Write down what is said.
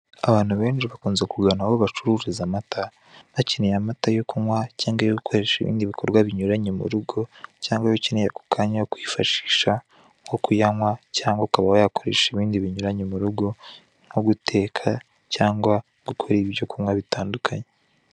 Abantu benshi bakunze kugana aho bacururiza amata, bakeneye amata yo kunywa cyangwa yo gukoresha ibindi bikorwa binyuranye mu rugo, cyangwa ayo ukeneye ako kanya yo kwifashisha nko kunywa cyangwa ukaba wayakoresha ibindi binyuranye mu rugo, nko guteka, cyangwa gukora ibyo kunywa bitandukanye.